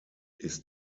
ist